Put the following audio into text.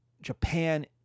Japan